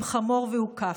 / עם חמור ואוכף,